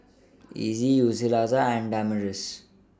Earley Yulissa and Damaris